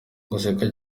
guseka